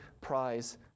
prize